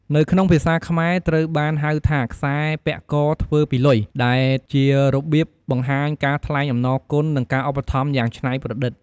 នៅក្នុងភាសាខ្មែរ ត្រូវបានហៅថា "ខ្សែពាក់កធ្វើពីលុយ" ដែលជារបៀបបង្ហាញការថ្លែងអំណរគុណនិងការឧបត្ថម្ភយ៉ាងច្នៃប្រឌិត។